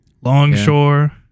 longshore